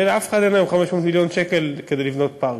ולאף אחד אין היום 500 מיליון שקל כדי לבנות פארק,